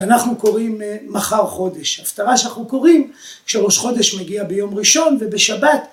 אנחנו קוראים מחר חודש, הפטרה שאנחנו קוראים כשראש חודש מגיע ביום ראשון ובשבת